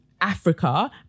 Africa